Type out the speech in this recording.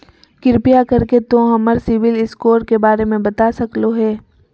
कृपया कर के तों हमर सिबिल स्कोर के बारे में बता सकलो हें?